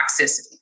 toxicity